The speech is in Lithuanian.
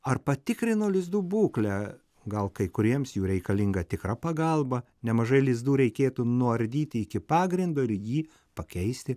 ar patikrino lizdų būklę gal kai kuriems jų reikalinga tikra pagalba nemažai lizdų reikėtų nuardyti iki pagrindo ir jį pakeisti